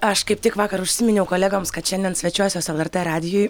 aš kaip tik vakar užsiminiau kolegoms kad šiandien svečiuosiuos lrt radijuj